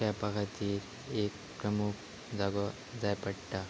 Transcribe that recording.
खेळपा खातीर एक प्रमूख जागो जाय पडटा